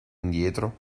indietro